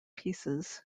pieces